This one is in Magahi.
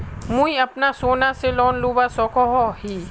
मुई अपना सोना से लोन लुबा सकोहो ही?